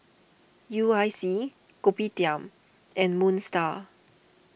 U I C Kopitiam and Moon Star